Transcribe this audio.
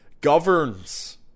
governs